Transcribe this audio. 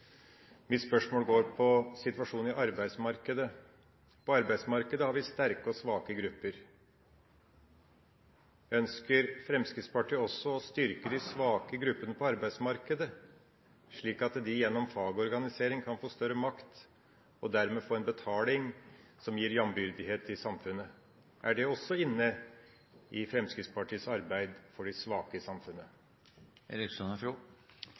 Mitt spørsmål går på situasjonen på arbeidsmarkedet. På arbeidsmarkedet har vi sterke og svake grupper. Ønsker Fremskrittspartiet også å styrke de svake gruppene på arbeidsmarkedet, slik at de gjennom fagorganisering kan få større makt og dermed få en betaling som gir jambyrdighet i samfunnet? Er det også inne i Fremskrittspartiets arbeid for de svake